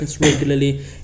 regularly